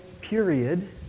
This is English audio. period